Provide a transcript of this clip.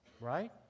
Right